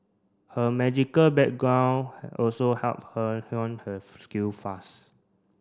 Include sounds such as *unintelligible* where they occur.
her magical background also helped her *unintelligible* her skill fast